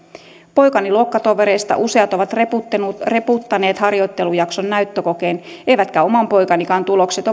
poikani luokkatovereista useat ovat reputtaneet reputtaneet harjoittelujakson näyttökokeen eivätkä oman poikanikaan tulokset